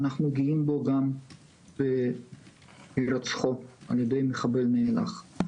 ואנחנו גאים בו גם בהירצחו על ידי מחבל נאלח.